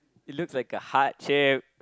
it looks like a heart shape